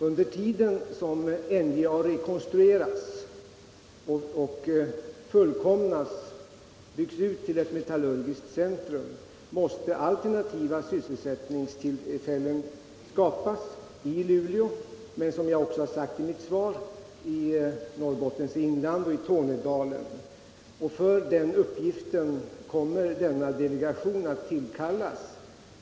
Under tiden som NJA rekonstrueras och byggs ut till ett metallurgiskt centrum måste alternativa sysselsättningstillfällen skapas i Luleå, men också, som jag har sagt i mitt svar, i Norrbottens inland och i Tornedalen. Och för den uppgiften kommer denna delegation att tilikallas.